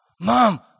Mom